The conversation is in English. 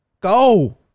Go